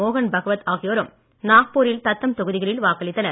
மோகன் பகவத் ஆகியோரும் நாக்பூரில் தத்தம் தொகுதிகளில் வாக்களித்தனர்